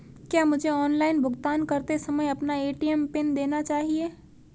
क्या मुझे ऑनलाइन भुगतान करते समय अपना ए.टी.एम पिन देना चाहिए?